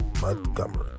Montgomery